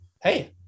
hey